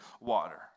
water